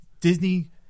Disney